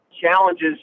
challenges